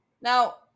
Now